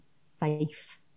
safe